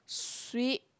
sweep